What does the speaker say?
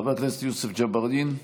חבר הכנסת יוסף ג'בארין,